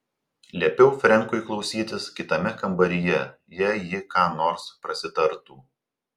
liepiau frenkui klausytis kitame kambaryje jei ji ką nors prasitartų